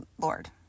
Lord